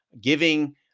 giving